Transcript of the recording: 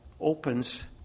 opens